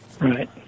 Right